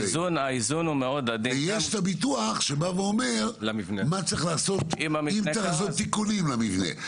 הסוג השני זה הביטוח שמדבר על מצב שצריך לעשות תיקונים למבנה.